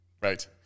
Right